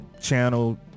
channel